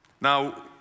Now